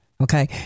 okay